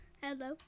Hello